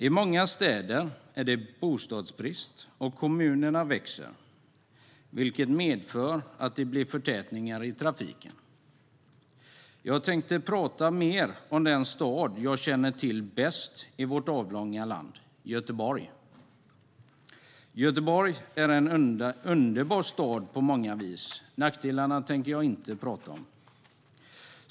I många städer är det bostadsbrist, och kommunerna växer. Det medför förtätningar i trafiken. Jag tänkte tala mer om den stad jag känner till bäst i vårt avlånga land, nämligen Göteborg. Göteborg är en underbar stad på många vis. Nackdelarna tänker jag inte tala om.